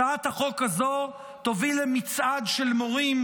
הצעת החוק הזו תוביל למצעד של מורים,